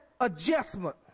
adjustment